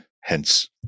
hence